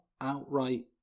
outright